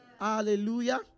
Hallelujah